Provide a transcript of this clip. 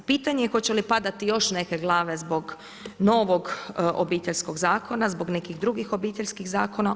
Pitanje je hoće li padati još neke glave zbog novog Obiteljskog zakon, zbog nekih drugih obiteljskih zakona.